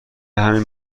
همین